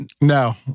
No